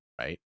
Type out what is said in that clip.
right